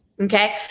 okay